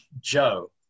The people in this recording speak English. Joe